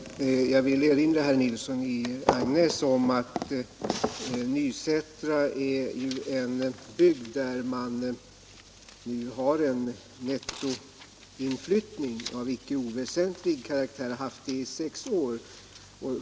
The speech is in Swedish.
Herr talman! Jag vill erinra herr Nilsson i Agnäs om att Nysätra är en bygd med en nettoinflyttning av icke oväsentlig omfattning, och har haft det i sex år.